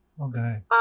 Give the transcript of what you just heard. Okay